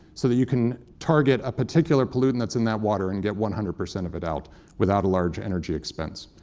so that you can target a particular pollutant that's in that water and get one hundred percent of it out without a large energy expense.